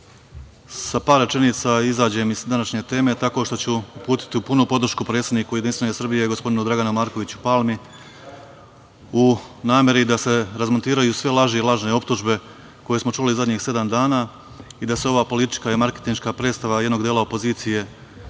sa par rečenica izađem iz današnje teme, tako što ću uputiti punu podršku predsedniku JS gospodinu Draganu Markoviću Palmi, u nameri da se razmontiraju sve laži i lažne optužbe koje smo čuli zadnjih sedam dana i da ova politička i marketinška predstava jednog dela opozicije